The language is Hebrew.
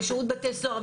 לשירות בתי סוהר,